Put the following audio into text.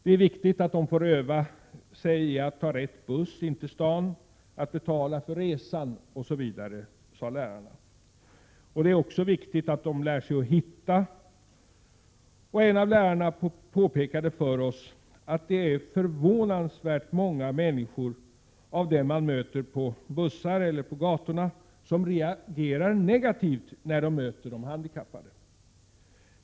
Det är viktigt att de får öva sig i att ta rätt buss in till staden, att betala för resan osv., sade lärarna. Det är också viktigt att de lär sig hitta. En av lärarna påpekade för oss att det är förvånansvärt många människor på bussar eller på gator som reagerar negativt när de möter de handikappade.